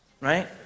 right